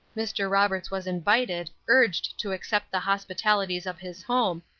mr. roberts was invited, urged to accept the hospitalities of his home,